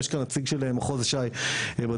יש כאן נציג של מחוז ש"י בדיון,